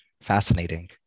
fascinating